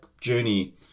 journey